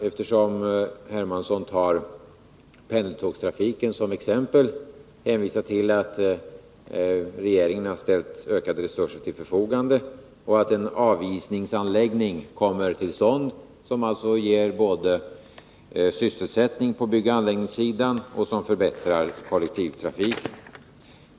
Eftersom herr Hermansson tar pendeltågstrafiken som exempel vill jag hänvisa till att regeringen har ställt ökade resurser till förfogande och att en avisningsanläggning kommer till stånd, vilket alltså ger sysselsättning på byggoch anläggningssidan och förbättrar kollektivtrafiken.